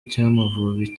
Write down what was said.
cy’amavubi